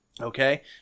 Okay